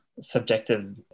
subjective